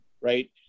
right